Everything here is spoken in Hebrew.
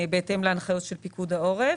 בהתאם להנחיות פיקוד העורף.